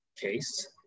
case